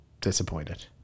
disappointed